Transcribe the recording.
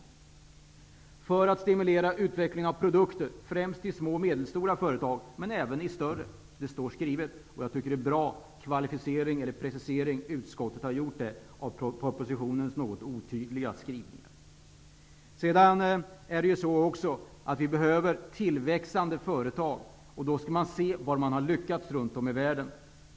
Syftet är att stimulera utvecklingen av produkter, främst i små och medelstora företag men även i större. Det står skrivet i betänkandet, och jag tycker att det är en bra precisering utskottet har gjort av propositionens något otydliga skrivning. Vi behöver tillväxande företag, och vi kan då se efter var man har lyckats runt om i världen.